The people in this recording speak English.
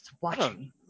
Watching